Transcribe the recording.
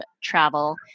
Travel